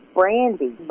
brandy